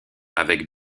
avec